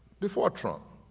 before trump,